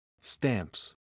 Stamps